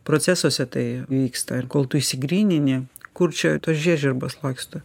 procesuose tai vyksta ir kol tu išsigrynini kur čia tos žiežirbos laksto